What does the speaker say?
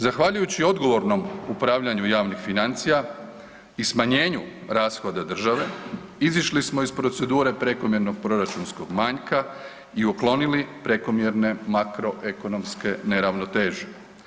Zahvaljujući odgovornom upravljanju javnih financija i smanjenju rashoda države izišli smo iz procedure prekomjernog proračunskog manjka i uklonili prekomjerne makroekonomske neravnoteže.